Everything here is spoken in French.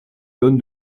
donne